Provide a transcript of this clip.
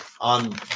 on